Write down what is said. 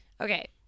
Okay